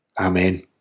Amen